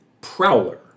Prowler